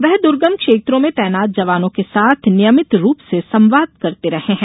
वे दर्गम ँक्षेत्रों में तैनात जवानों के साथ नियमित रूप से संवाद करते रहे हैं